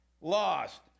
lost